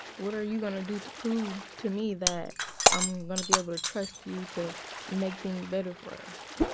what are you going to do to prove to me that i'm going to be able to trust you to make things better for us?